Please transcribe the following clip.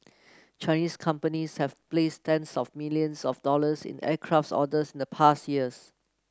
Chinese companies have placed tens of billions of dollars in aircrafts orders in the past years